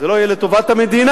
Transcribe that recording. זה לא יהיה לטובת המדינה,